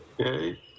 Okay